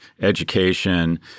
education